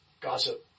Gossip